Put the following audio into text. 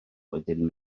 wedyn